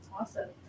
awesome